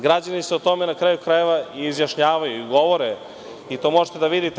Građani se o tome, na kraju krajeva, i izjašnjavaju i govore i to možete da vidite.